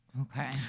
Okay